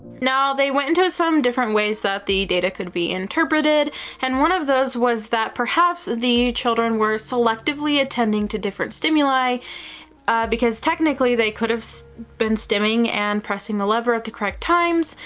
now, they went into some different ways that the data could be interpreted and one of those was that perhaps the children were selectively attending to different stimuli because technically they could have been stimming and pressing the lever at the correct times.